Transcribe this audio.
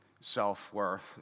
self-worth